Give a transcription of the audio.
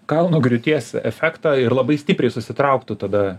kalno griūties efektą ir labai stipriai susitrauktų tada